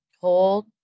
Hold